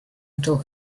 told